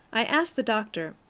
i asked the doctor,